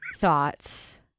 thoughts